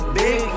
big